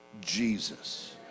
Jesus